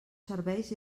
serveis